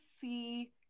see